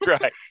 right